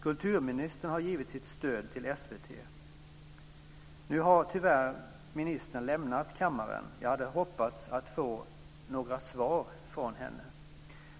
Kulturministern har givit sitt stöd till SVT. Nu har ministern tyvärr lämnat kammaren. Jag hade hoppats få några svar från henne.